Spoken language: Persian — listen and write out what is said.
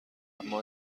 اما